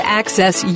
access